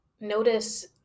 notice